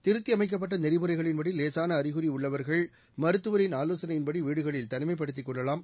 திருத்தியமைக்கப்பட்ட நெறிமுறைகளின் படி லேசான அறிகுறி உள்ளவர்கள் மருத்துவரின் ஆலோசனையின்படி வீடுகளில் தனிமைப்படுத்திக் கொள்ளவாம்